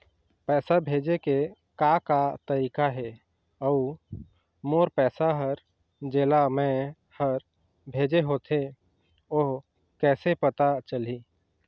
पैसा भेजे के का का तरीका हे अऊ मोर पैसा हर जेला मैं हर भेजे होथे ओ कैसे पता चलही?